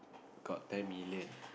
got ten million